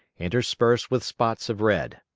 interspersed with spots of red.